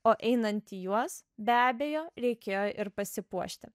o einant juos be abejo reikėjo ir pasipuošti